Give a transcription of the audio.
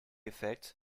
effects